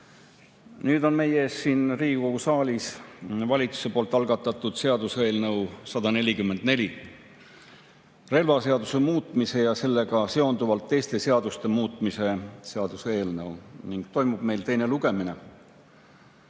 Nüüd on meie ees siin Riigikogu saalis valitsuse algatatud seaduseelnõu 144, relvaseaduse muutmise ja sellega seonduvalt teiste seaduste muutmise seaduse eelnõu, ning toimub teine lugemine.